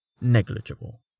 negligible